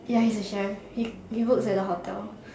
ya he's a chef he works at a hotel